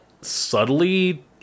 subtly